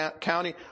County